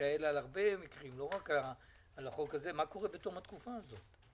שתישאל על הרבה מקרים לא רק על החוק הזה: מה קורה בתום התקופה הזו?